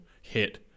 hit